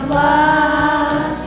love